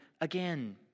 again